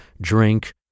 drink